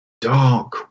dark